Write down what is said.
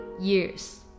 years